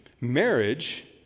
marriage